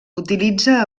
utilitza